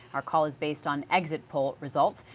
ah call is based on exit poll results.